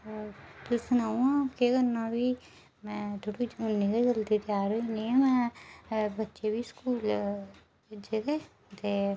तुस सनाओ केह् करना फ्ही में थोह्ड़ी उन्नी गै जल्दी त्यार होनी आं में बच्चे बी स्कूल भेजे दे ते